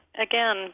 again